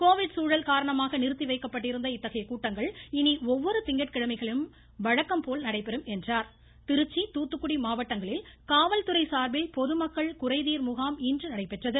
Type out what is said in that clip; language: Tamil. கோவிட் சூழல் காரணமாக நிறுத்தி வைக்கப்பட்டிருந்த இத்தகைய கூட்டங்கள் இனி ஒவ்வொரு திங்கட்கிழமைகளிலும் வழக்கம் போல் நடைபெறும் என்றார் திருச்சி தூத்துக்குடி மாவட்டங்களில் காவல்துறை சார்பில் பொதுமக்கள் குறைதீர் முகாம் இன்று நடைபெற்றது